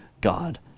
God